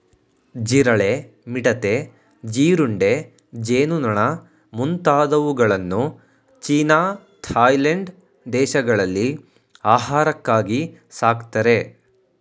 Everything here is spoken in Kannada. ಜಿರಳೆ, ಮಿಡತೆ, ಜೀರುಂಡೆ, ಜೇನುನೊಣ ಮುಂತಾದವುಗಳನ್ನು ಚೀನಾ ಥಾಯ್ಲೆಂಡ್ ದೇಶಗಳಲ್ಲಿ ಆಹಾರಕ್ಕಾಗಿ ಸಾಕ್ತರೆ